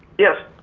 yes.